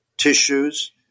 tissues